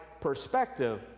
perspective